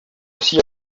aussi